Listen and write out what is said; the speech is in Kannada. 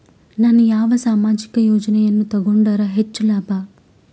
ನಾನು ಯಾವ ಸಾಮಾಜಿಕ ಯೋಜನೆಯನ್ನು ತಗೊಂಡರ ಹೆಚ್ಚು ಲಾಭ?